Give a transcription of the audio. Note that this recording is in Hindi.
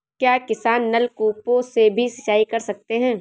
क्या किसान नल कूपों से भी सिंचाई कर सकते हैं?